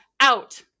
out